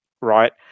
right